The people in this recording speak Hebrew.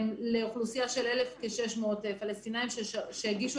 לאוכלוסייה של כ-1,600 פלסטיניים שהגישו